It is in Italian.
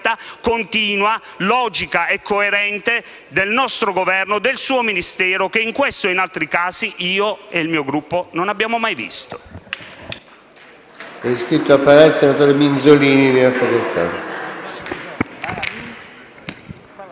continua, logica e coerente del nostro Governo e del suo Ministero, che in questo e in altri casi io e il mio Gruppo non abbiamo mai visto.